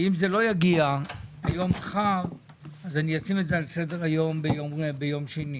ואם זה לא יגיע היום מחר אז אני אשים את זה על סדר היום ביום שני,